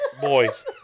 Boys